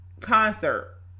concert